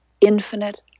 infinite